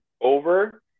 over